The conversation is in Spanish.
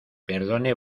perdone